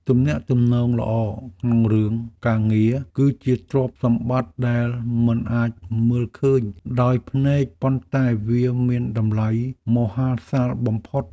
ទំនាក់ទំនងល្អក្នុងរឿងការងារ គឺជាទ្រព្យសម្បត្តិដែលមិនអាចមើលឃើញដោយភ្នែកប៉ុន្តែវាមានតម្លៃមហាសាលបំផុត។